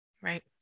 Right